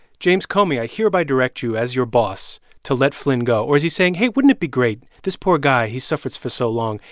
james comey, i hereby direct you as your boss to let flynn go? or is he saying hey, wouldn't it be great? this poor guy, he's suffered for so long.